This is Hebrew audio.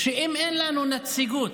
טלי, תקשיבי,